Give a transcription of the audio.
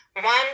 One